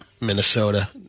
Minnesota